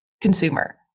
consumer